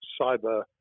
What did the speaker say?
cyber